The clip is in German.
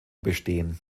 bestehen